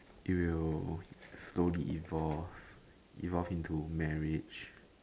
you will okay slowly evolve evolve into marriage